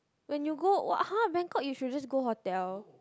when you go what !huh! Bangkok you should just go hotel